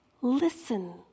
Listen